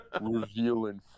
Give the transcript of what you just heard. Revealing